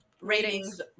ratings